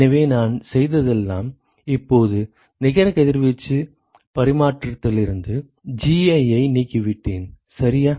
எனவே நான் செய்ததெல்லாம் இப்போது நிகர கதிர்வீச்சு பரிமாற்றத்திலிருந்து Gi ஐ நீக்கிவிட்டேன் சரியா